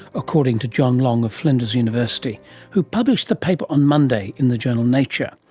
according to john long of flinders university who published the paper on monday in the journal nature.